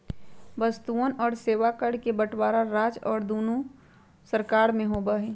वस्तुअन और सेवा कर के बंटवारा राज्य और केंद्र दुन्नो सरकार में होबा हई